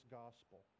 gospel